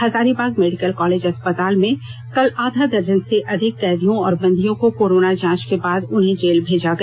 Hazaribagh medical college अस्पताल में कल आधा दर्जन से अधिक कैदियों और बंदियों की कोरोना जांच के बाद उन्हें जेल भेजा गया